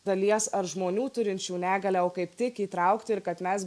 dalies ar žmonių turinčių negalią o kaip tik įtraukti ir kad mes